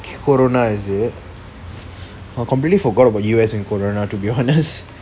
corona is it oh I completely forgot about U_S and corona to be honest